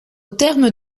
terme